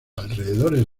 alrededores